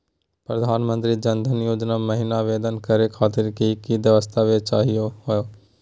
प्रधानमंत्री जन धन योजना महिना आवेदन करे खातीर कि कि दस्तावेज चाहीयो हो?